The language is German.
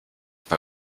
bei